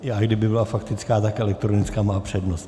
I kdyby byla faktická, tak elektronická má přednost.